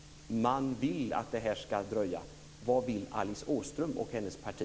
Man vill att det här ska dröja. Vad vill Alice Åström och hennes parti?